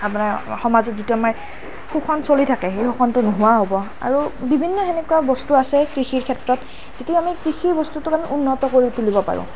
আপোনাৰ সমাজত যিটো আমাৰ শোষণ চলি থাকে সেই শোষণটো নোহোৱা হ'ব আৰু বিভিন্ন সেনেকুৱা বস্তু আছে কৃষিৰ ক্ষেত্ৰত যিটো আমি কৃষি বস্তুটোক আমি উন্নত কৰি তুলিব পাৰোঁ